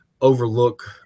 overlook